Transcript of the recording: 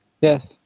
Yes